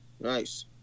Nice